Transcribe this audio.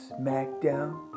SmackDown